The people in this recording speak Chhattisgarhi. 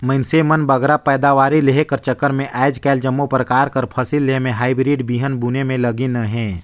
मइनसे मन बगरा पएदावारी लेहे कर चक्कर में आएज काएल जम्मो परकार कर फसिल लेहे में हाईब्रिड बीहन बुने में लगिन अहें